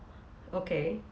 okay